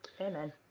Amen